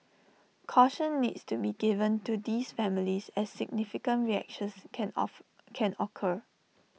caution needs to be given to these families as significant reactions can off can occur